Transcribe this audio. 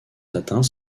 atteints